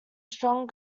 strong